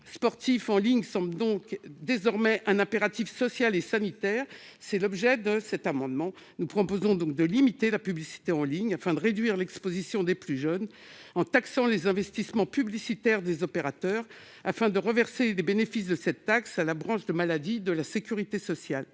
sportifs en ligne apparaît désormais comme un impératif social et sanitaire. D'où cet amendement, dont l'objet est de limiter la publicité en ligne afin de réduire l'exposition des plus jeunes, en taxant les investissements publicitaires des opérateurs et en reversant les bénéfices de cette taxe à la branche maladie de la sécurité sociale.